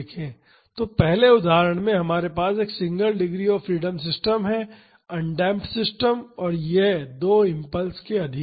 तो पहले उदाहरण में हमारे पास एक single degree of freedom system है अनडेम्प्ड सिस्टम और यह दो इम्पल्स के अधीन है